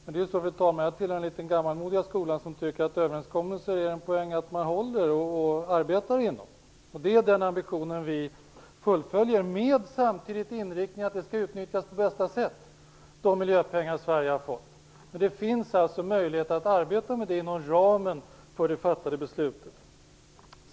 Men det är så, fru talman, att jag tillhör den litet gammalmodiga skola som säger att det är en poäng att man håller överenskommelser och arbetar inom dem. Det är den ambitionen vi fullföljer med inriktningen att de miljöpengar Sverige har fått skall utnyttjas på bästa sätt. Det finns alltså möjlighet att arbeta med det inom ramen för det fattade beslutet.